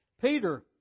Peter